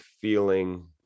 feeling